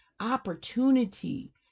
opportunity